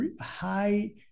high